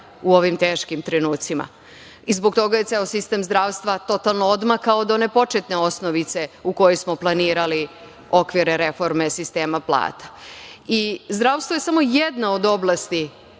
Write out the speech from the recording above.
u ovim teškim trenucima. Zbog toga je ceo sistem zdravstva totalno odmakao od one početne osnovice u kojoj smo planirali okvire reforme sistema plata. Zdravstvo je samo jedna od oblasti